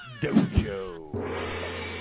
Dojo